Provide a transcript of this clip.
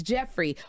Jeffrey